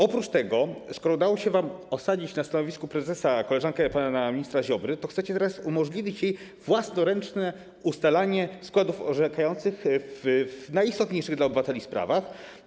Oprócz tego, skoro udało się wam osadzić na stanowisku prezesa koleżankę pana ministra Ziobry, chcecie teraz umożliwić jej własnoręczne ustalanie składów orzekających w najistotniejszych dla obywateli sprawach.